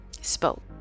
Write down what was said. spoke